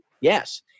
Yes